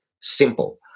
simple